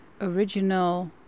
original